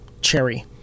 cherry